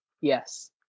Yes